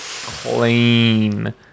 Clean